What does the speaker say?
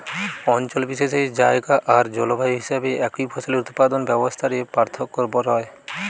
অঞ্চল বিশেষে জায়গা আর জলবায়ু হিসাবে একই ফসলের উৎপাদন ব্যবস্থা রে পার্থক্য রয়